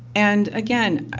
and again,